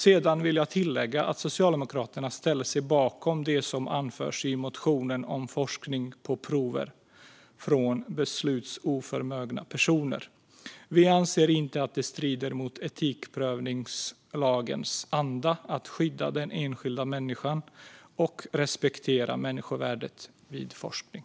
Sedan vill jag tillägga att Socialdemokraterna ställer sig bakom det som anförs i motionen om forskning på prover från beslutsoförmögna personer. Vi anser inte att detta strider mot etikprövningslagens anda att skydda den enskilda människan och respektera människovärdet vid forskning.